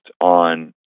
on